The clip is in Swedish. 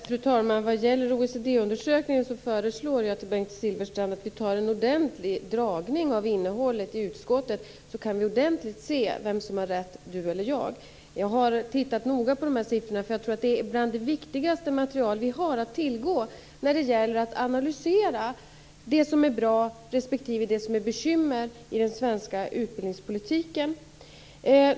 Fru talman! Vad gäller OECD-undersökningen, Bengt Silfverstrand, föreslår jag att vi tar en ordentlig dragning av innehållet i den i utskottet, så att vi kan se vem av oss som har rätt. Jag har tittat noga på dessa siffror. Jag tror nämligen att det är bland det viktigaste material som vi har att tillgå när det gäller att analysera det som är bra och det som utgör bekymmer i den svenska utbildningspolitiken.